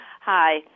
hi